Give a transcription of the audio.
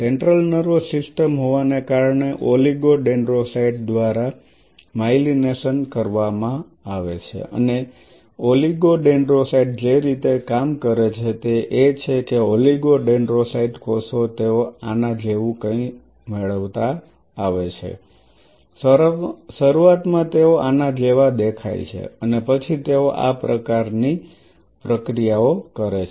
central nervous system હોવાને કારણે oligodendrocyte દ્વારા માઇલિનેશન કરવામાં આવે છે અને ઓલિગોડેન્ડ્રોસાઇટ જે રીતે કામ કરે છે તે એ છે કે ઓલિગોડેન્ડ્રોસાઇટ કોષો તેઓ આના જેવું કંઈક મળતા આવે છે શરૂઆતમાં તેઓ આના જેવા દેખાય છે અને પછી તેઓ આ પ્રકારની પ્રક્રિયાઓ કરે છે